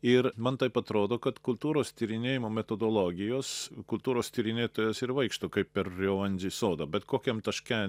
ir man taip atrodo kad kultūros tyrinėjimo metodologijos kultūros tyrinėtojas ir vaikšto kaip per reonzi sodą bet kokiam taške